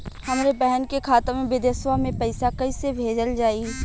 हमरे बहन के खाता मे विदेशवा मे पैसा कई से भेजल जाई?